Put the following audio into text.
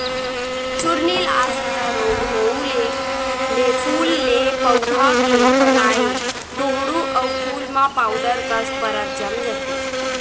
चूर्निल आसिता रोग होउए ले फूल के पउधा के पानाए डोंहड़ू अउ फूल म पाउडर कस परत जम जाथे